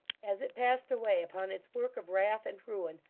as it passed away upon its work of wrath and ruin,